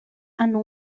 hanno